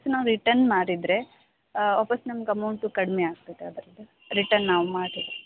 ನಾವು ರಿಟನ್ ಮಾಡಿದರೆ ವಾಪಸ್ಸು ನಮ್ಗೆ ಅಮೌಂಟು ಕಡಿಮೆ ಆಗ್ತದೆ ಅದರದ್ದು ರಿಟನ್ ನಾವು ಮಾಡಿದರೆ